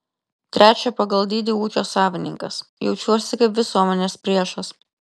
trečio pagal dydį ūkio savininkas jaučiuosi kaip visuomenės priešas